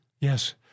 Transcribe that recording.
Yes